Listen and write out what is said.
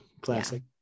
Classic